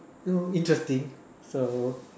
you know interesting so